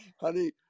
honey